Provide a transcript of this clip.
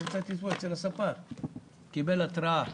קיבל התרעה